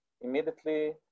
immediately